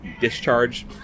discharge